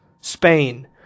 Spain